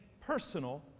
personal